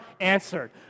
answered